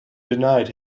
denied